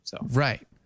Right